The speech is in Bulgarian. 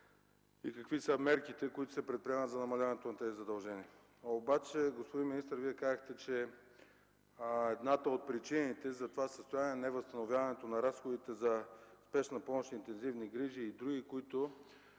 и какви са мерките, които се предприемат за намаляване на тези задължения. Господин министър, Вие казахте, че една от причините за това състояние е невъзстановяването на разходите за спешна помощ, интензивни грижи и други, които